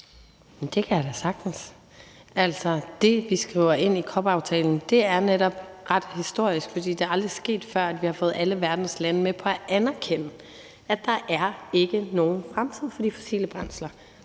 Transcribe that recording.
Det kan jeg da sagtens. Altså, det, vi skriver ind i COP-aftalen, er netop ret historisk, for det er aldrig sket før, at vi har fået alle verdens lande med på at anerkende, at der ikke er nogen fremtid for de fossile brændsler.